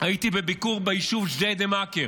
הייתי בביקור ביישוב ג'דיידה-מכר,